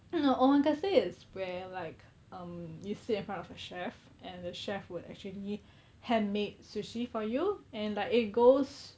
mm omakase is where like um you sit in front of a chef and the chef would actually hand make sushi for you and like it goes